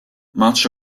much